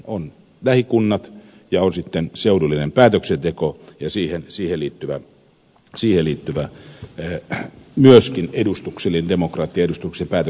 on lähikunnat ja sitten on seudullinen päätöksenteko ja myöskin siihen liittyvä edustuksellinen demokratia edustuksellinen päätöksentekojärjestelmä